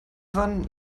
wann